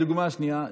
הדוגמה השנייה?